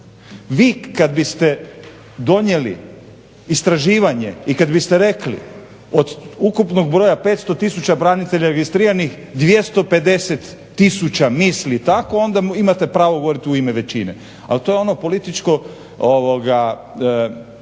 Vi kad biste donijeli istraživanje i kad biste rekli od ukupnog broja 500 tisuća branitelja registriranih 250 tisuća misli tako onda imate pravo govorit u ime većine. Ali to je ono političko